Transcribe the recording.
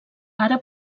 ara